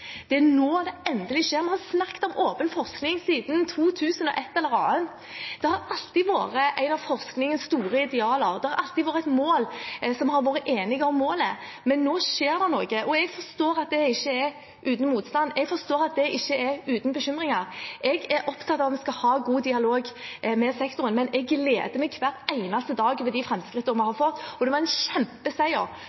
Det er nå det endelig skjer. Vi har snakket om åpen forskning siden 2000-ett-eller-annet. Det har alltid vært et av forskningens store idealer, det har alltid vært et mål vi har vært enige om, men nå skjer det noe. Jeg forstår at det ikke er uten motstand. Jeg forstår at det ikke er uten bekymringer. Jeg er opptatt av at vi skal ha god dialog med sektoren. Jeg gleder meg hver eneste dag over de